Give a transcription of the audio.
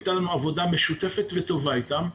הייתה לנו עבודה משותפת וטובה איתם,